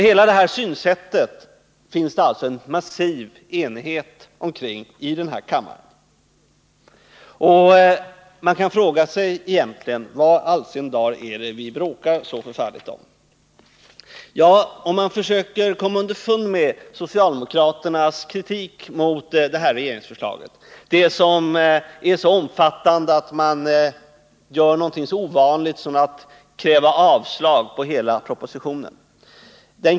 Hela det synsättet finns det en massiv enighet omkring här i kammaren, och man kan fråga sig vad vi egentligen bråkar så förfärligt om. Ja, låt oss försöka komma underfund med socialdemokraternas kritik mot regeringsförslaget. Kritiken är så omfattande att man gör någonting så ovanligt som att kräva avslag på hela propositionen.